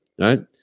right